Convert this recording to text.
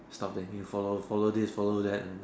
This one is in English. stop that thing follow follow this follow that I mean